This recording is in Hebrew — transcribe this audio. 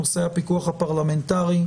נושא הפיקוח הפרלמנטרי.